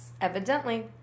Evidently